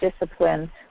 discipline